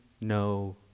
no